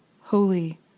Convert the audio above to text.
Holy